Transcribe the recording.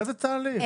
איזה תהליך?